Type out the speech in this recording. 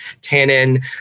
tannin